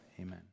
amen